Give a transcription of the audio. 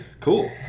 Cool